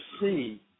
see